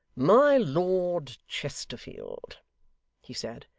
my lord chesterfield he said,